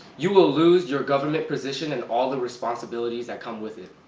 you will lose your government position and all the responsibilities that come with it.